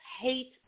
hate